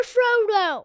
Frodo